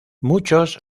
muchos